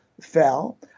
fell